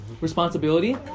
responsibility